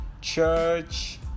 church